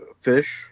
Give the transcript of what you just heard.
fish